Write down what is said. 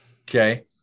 okay